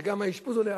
כשגם האשפוז עולה,